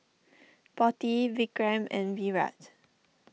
Potti Vikram and Virat